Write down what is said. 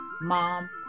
mom